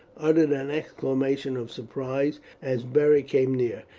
uttered an exclamation of surprise as beric came near,